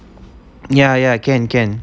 ya ya can can